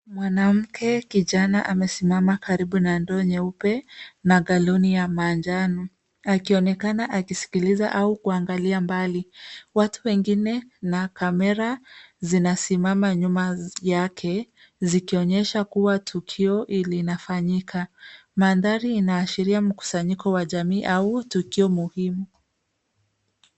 Mwanamke kijana amesimama karibu na ndonyo jeupe akiwa na galoni ya maji ya njano. Anaonekana akisikiliza au akiangalia mbali. Nyuma yake wamesimama watu wengine pamoja na kamera, jambo linaloonyesha kuwa kuna tukio linafanyika. Mandhari hii inaashiria mkusanyiko wa jamii au hafla muhimu.